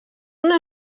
una